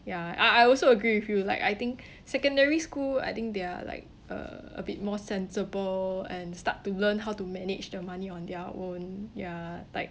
ya I I also agree with you like I think secondary school I think they are like uh a bit more sensible and start to learn how to manage the money on their own ya like